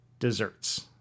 desserts